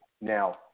Now